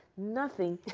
nothing